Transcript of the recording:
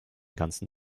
ganzen